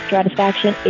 Satisfaction